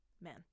men